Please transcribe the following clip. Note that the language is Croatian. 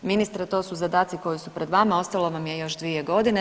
Ministre to su zadaci koji su pred vama, ostalo vam je još 2 godine.